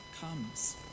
comes